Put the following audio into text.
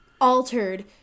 altered